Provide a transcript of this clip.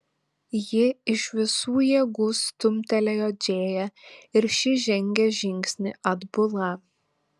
ji iš visų jėgų stumtelėjo džėją ir ši žengė žingsnį atbula